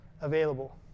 available